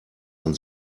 man